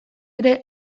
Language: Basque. ere